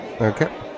Okay